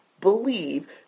believe